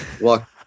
Walk